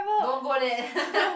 don't go there